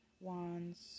Wands